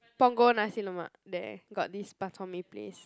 Punggol Nasi Lemak there got this Bak Chor Mee place